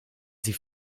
sie